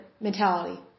mentality